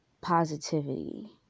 Positivity